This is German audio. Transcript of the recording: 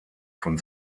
von